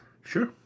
Sure